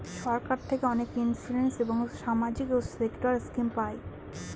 সরকার থেকে অনেক ইন্সুরেন্স এবং সামাজিক সেক্টর স্কিম পায়